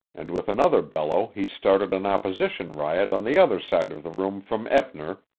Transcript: and with another bellow he started an opposition riot on the other side of the room from eppner,